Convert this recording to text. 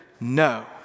no